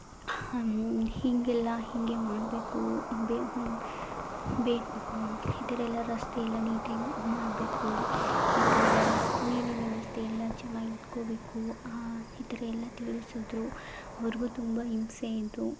ಹೀಗೆಲ್ಲ ಹೀಗೆ ಮಾಡಬೇಕು ಬೇ ಹೂ ಬೇ ಈ ಥರ ಎಲ್ಲ ರಸ್ತೆಯೆಲ್ಲ ನೀಟಾಗಿ ಮಾಡಬೇಕು ಮತ್ತು ನೀರಿನ ವ್ಯವಸ್ಥೆಯೆಲ್ಲ ಚೆನ್ನಾಗಿ ಇಟ್ಕೊಳ್ಬೇಕು ಈ ಥರ ಎಲ್ಲ ತಿಳಿಸಿದರು ಅವ್ರಿಗೂ ತುಂಬ ಹಿಂಸೆ ಆಯಿತು